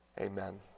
Amen